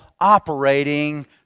operating